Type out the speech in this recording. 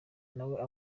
nawe